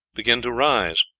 beginning to rise.